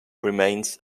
remains